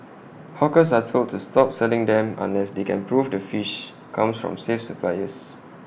hawkers are told to stop selling them unless they can prove the fish comes from safe suppliers